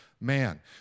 Man